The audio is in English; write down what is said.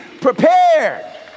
prepared